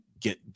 get